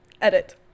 edit